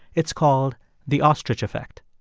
it's called the ostrich effect.